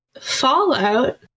Fallout